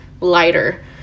lighter